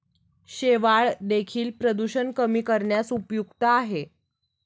शेवाळं देखील प्रदूषण कमी करण्यास उपयुक्त आहे